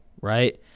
right